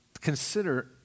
consider